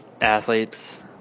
athletes